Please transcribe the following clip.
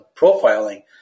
profiling